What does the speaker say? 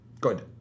Good